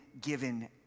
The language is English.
given